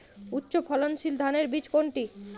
উচ্চ ফলনশীল ধানের বীজ কোনটি?